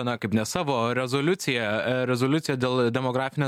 na kaip ne savo rezoliuciją rezoliuciją dėl demografinė